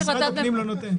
משרד הפנים לא נותן.